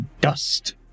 dust